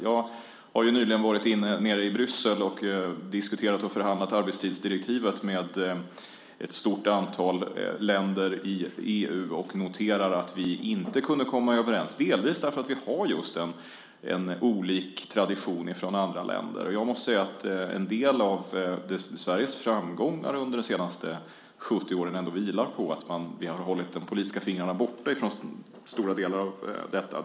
Jag har nyligen varit nere i Bryssel och diskuterat och förhandlat arbetstidsdirektivet med ett stort antal länder i EU och noterar att vi inte kunde komma överens, delvis just därför att vi har en tradition som är olika andra länders. En del av Sveriges framgångar under de senaste 70 åren vilar ändå på att vi har hållit de politiska fingrarna borta från stora delar av detta.